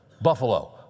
buffalo